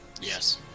Yes